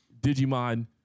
Digimon